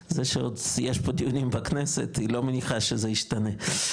זה שיש דיונים בכנסת היא לא מניחה שזה ישתנה,